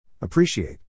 Appreciate